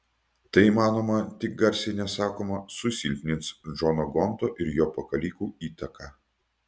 tai manoma tik garsiai nesakoma susilpnins džono gonto ir jo pakalikų įtaką